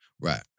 right